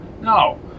No